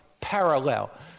Parallel